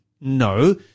No